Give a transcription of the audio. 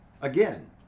again